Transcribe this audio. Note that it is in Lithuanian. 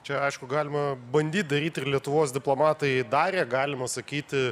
čia aišku galima bandyt daryt ir lietuvos diplomatai darė galima sakyti